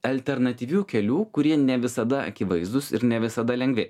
alternatyvių kelių kurie ne visada akivaizdūs ir ne visada lengvi